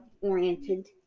oriented